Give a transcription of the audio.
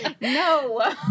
No